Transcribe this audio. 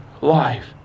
life